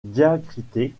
diacritée